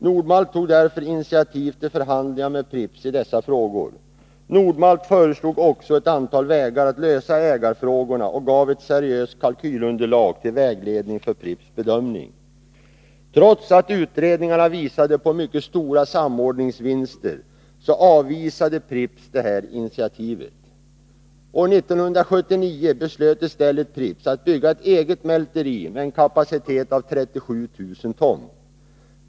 Nord-Malt tog därför initiativ till förhandlingar med Pripps i dessa frågor. Nord-Malt föreslog också ett antal vägar att lösa ägarfrågorna och gav ett seriöst kalkylunderlag till vägledning för Pripps bedömning. Trots att utredningarna visade på mycket stora samordningsvinster avvisade Pripps initiativet. År 1979 beslöt i stället Pripps att bygga ett eget mälteri med en kapacitet av 37 000 ton.